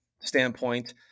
standpoint